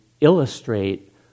illustrate